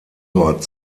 dort